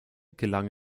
gelang